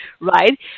right